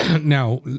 Now